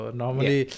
normally